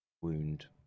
wound